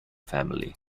family